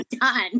done